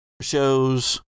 shows